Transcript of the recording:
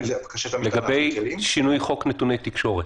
לגבי שינוי חוק נתוני תקשורת.